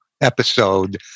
episode